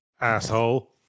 Asshole